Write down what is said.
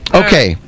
okay